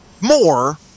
more